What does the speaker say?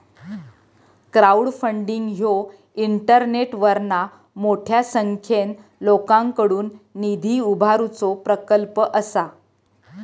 crowdfunding ह्यो इंटरनेटवरना मोठ्या संख्येन लोकांकडुन निधी उभारुचो प्रकल्प असा